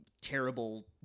terrible